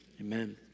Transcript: amen